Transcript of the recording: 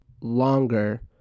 longer